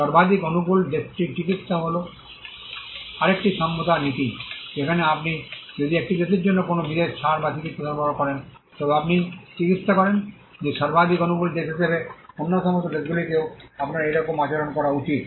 সর্বাধিক অনুকূল দেশটির চিকিত্সা হল আরেকটি সাম্যতার নীতি যেখানে আপনি যদি একটি দেশের জন্য কোনও বিশেষ ছাড় বা চিকিত্সা সরবরাহ করেন তবে আপনি চিকিত্সা করেন যে সর্বাধিক অনুকূল দেশ হিসাবে অন্য সমস্ত দেশগুলিতেও আপনার একইরকম আচরণ করা উচিত